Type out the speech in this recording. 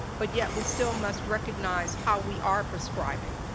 but yet we still must recognize how we are prescribing.